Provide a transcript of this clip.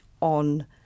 on